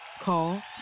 Call